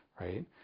right